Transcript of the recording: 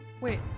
Wait